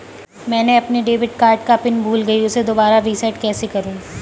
मैंने अपने debit card का पिन भूल गई, उसे दोबारा रीसेट कैसे करूँ?